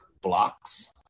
blocks